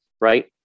right